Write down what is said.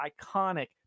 iconic